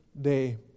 day